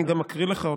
אני גם אקריא לך אותה.